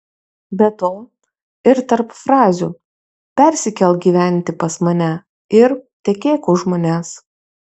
be to ir tarp frazių persikelk gyventi pas mane ir tekėk už manęs